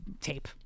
tape